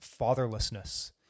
fatherlessness